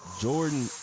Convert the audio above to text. Jordan